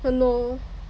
!hannor!